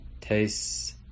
tastes